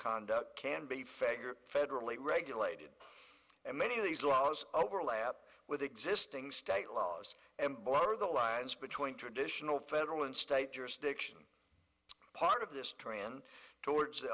conduct can be fagged or federally regulated and many of these laws overlap with existing state laws and blur the lines between traditional federal and state jurisdiction part of this trend towards